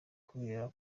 kubera